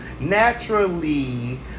naturally